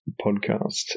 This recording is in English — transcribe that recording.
podcast